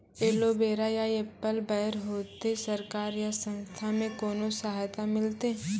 Aloe vera या apple बैर होते? सरकार या संस्था से कोनो सहायता मिलते?